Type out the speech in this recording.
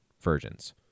versions